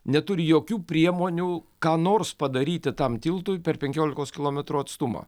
neturi jokių priemonių ką nors padaryti tam tiltui per penkiolikos kilometrų atstumą